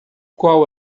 qual